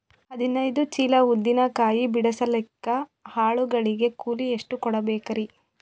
ಹದಿನೈದು ಚೀಲ ಉದ್ದಿನ ಕಾಯಿ ಬಿಡಸಲಿಕ ಆಳು ಗಳಿಗೆ ಕೂಲಿ ಎಷ್ಟು ಕೂಡಬೆಕರೀ?